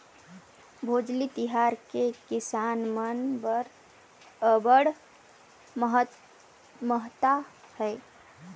भोजली तिहार के किसान मन बर अब्बड़ महत्ता हे